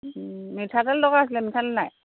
মিঠাতেল দৰকাৰ হৈছিলে মিঠাতেল নাই